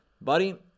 Buddy